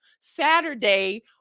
Saturday